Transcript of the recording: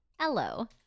hello